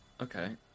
Okay